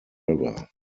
river